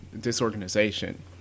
disorganization